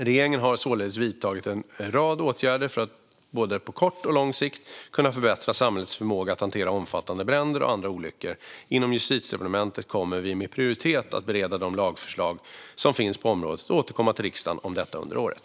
Regeringen har således vidtagit en rad åtgärder för att både på kort och lång sikt kunna förbättra samhällets förmåga att hantera omfattande bränder och andra olyckor. Inom Justitiedepartementet kommer vi med prioritet att bereda de lagförslag som finns på området och återkommer till riksdagen om detta under året.